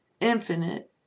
infinite